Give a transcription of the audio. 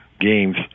games